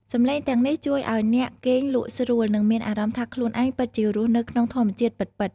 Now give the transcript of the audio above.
សំឡេងទាំងនេះជួយឱ្យអ្នកគេងលក់ស្រួល និងមានអារម្មណ៍ថាខ្លួនឯងពិតជារស់នៅក្នុងធម្មជាតិពិតៗ។